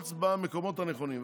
וללחוץ במקומות הנכונים.